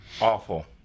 Awful